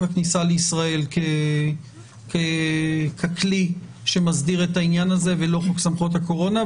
הכניסה לישראל ככלי שמסדיר את העניין הזה ולא חוק סמכויות הקורונה.